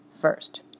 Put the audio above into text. first